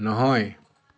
নহয়